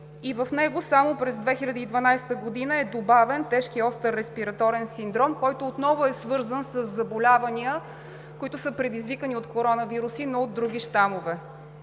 В него само през 2012 г. е добавен тежкият остър респираторен синдром, който отново е свързан със заболявания, които са предизвикани от коронавируси, но от други щамове.